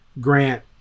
Grant